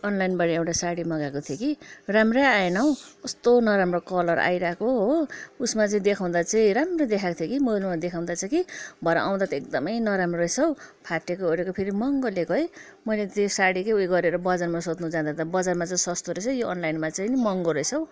अनलाइनबाट एउटा साडी मगाएको थिएँ कि राम्रै आएनौ कस्तो नराम्रो कलर आइरहेको हो उसमा चाहिँ देखाउँदा चाहिँ राम्रो देखाएको थियो कि मेरोमा देखाउँदा चाहिँ कि भरे आउँदा त एकदमै नराम्रो रहेछ हौ फाटेको ओरेको फेरि महँगो लिएको है मैले त्यो साडीकै ऊ यो गरेर बजारमा सोध्नु जाँदा त बजारमा चाहिँ सस्तो रहेछ यो अनलाइनमा चाहिँ नि महँगो रहेछ हौ